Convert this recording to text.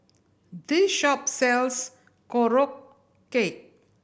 this shop sells Korokke